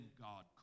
God